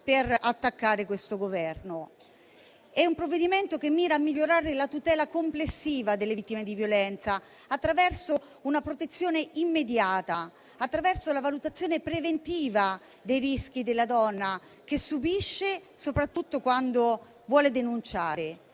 per attaccare questo Governo. È un provvedimento che mira a migliorare la tutela complessiva delle vittime di violenza attraverso una protezione immediata e la valutazione preventiva dei rischi della donna che subisce, soprattutto quando vuole denunciare.